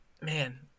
Man